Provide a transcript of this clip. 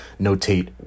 notate